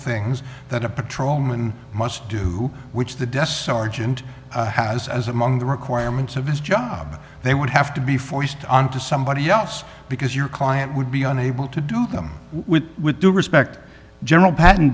things that a patrolman must do which the desk sergeant has as among the requirements of his job they would have to be forced on to somebody else because your client would be unable to do them with with due respect general pat